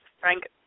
Frank